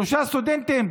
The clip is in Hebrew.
שלושה סטודנטים,